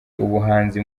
ubuhanzi